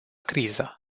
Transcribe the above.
criză